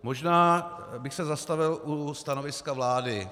Možná bych se zastavil u stanoviska vlády.